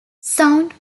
sound